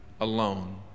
alone